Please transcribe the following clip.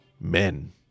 Men